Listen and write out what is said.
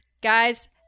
guys